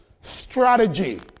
Strategy